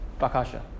bakasha